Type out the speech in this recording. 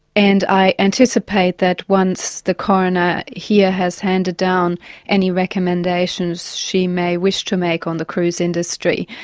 and i anticipate that once the coroner here has handed down any recommendations she may wish to make on the cruise industry,